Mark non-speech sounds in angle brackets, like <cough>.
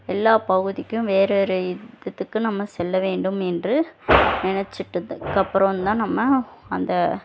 எல்லா பகுதிக்கும் வேறு வேறு <unintelligible> நம்ம செல்ல வேண்டும் என்று நினச்சிட்டதுக்கு அப்புறம் தான் நம்ம அந்த